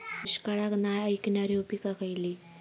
दुष्काळाक नाय ऐकणार्यो पीका खयली?